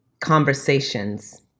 conversations